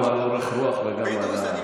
גם על אורך הרוח וגם על המסירות.